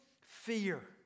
fear